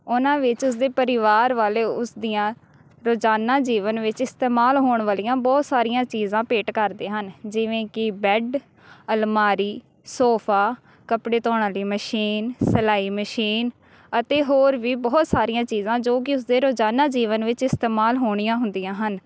ਉਨ੍ਹਾਂ ਵਿੱਚ ਉਸ ਦੇ ਪਰਿਵਾਰ ਵਾਲੇ ਉਸ ਦੀਆਂ ਰੋਜ਼ਾਨਾ ਜੀਵਨ ਵਿੱਚ ਇਸਤੇਮਾਲ ਹੋਣ ਵਾਲੀਆਂਂ ਬਹੁਤ ਸਾਰੀਆਂ ਚੀਜ਼ਾਂ ਭੇਟ ਕਰਦੇ ਹਨ ਜਿਵੇਂ ਕਿ ਬੈੱਡ ਅਲਮਾਰੀ ਸੌਫ਼ਾ ਕੱਪੜੇ ਧੌਣ ਵਾਲੀ ਮਸ਼ੀਨ ਸਿਲਾਈ ਮਸ਼ੀਨ ਅਤੇ ਹੋਰ ਵੀ ਬਹੁਤ ਸਾਰੀਆਂ ਚੀਜ਼ਾਂ ਜੋ ਕਿ ਉਸਦੇ ਰੋਜ਼ਾਨਾ ਜੀਵਨ ਵਿੱਚ ਇਸਤੇਮਾਲ ਹੋਣੀਆਂ ਹੁੰਦੀਆਂ ਹਨ